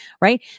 right